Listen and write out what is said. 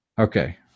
Okay